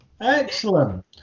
excellent